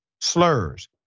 slurs